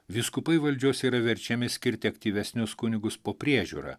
vyskupai valdžios yra verčiami skirti aktyvesnius kunigus po priežiūra